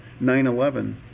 9-11